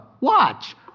Watch